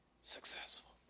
successful